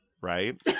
right